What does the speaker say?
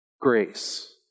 grace